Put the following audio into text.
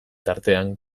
tartean